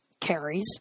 carries